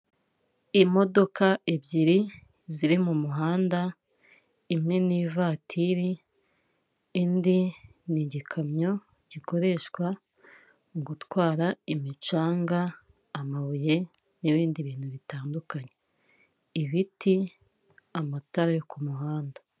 Imodoka ebyiri ziri mu muhanda, imwe ni ivatiri indi ni igikamyo gikoreshwa mu gutwara imicanga, amabuye n'ibindi bintu bitandukanye, ibiti, amatara yo ku muhanda.